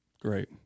Great